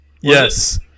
Yes